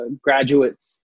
graduates